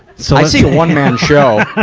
so i see a one-man show